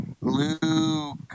Luke